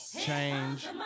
Change